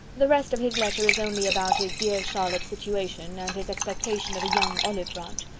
the rest of his letter is only about his dear charlotte's situation, and his expectation of a young olive-branch.